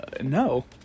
No